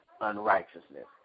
unrighteousness